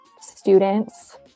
students